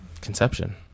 Conception